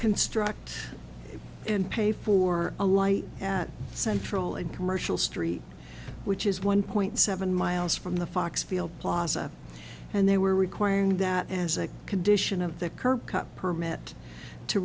construct and pay for a light at central and commercial street which is one point seven miles from the fox field plaza and they were requiring that as a condition of the current cut permit to